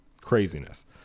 craziness